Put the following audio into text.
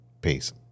peace